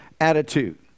attitude